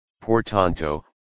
portanto